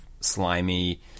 slimy